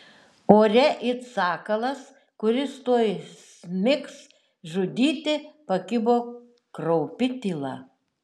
ore it sakalas kuris tuoj smigs žudyti pakibo kraupi tyla